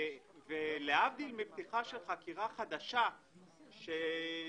להבדיל מפתיחה של חקירה חדשה שכרוכה